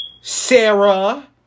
Sarah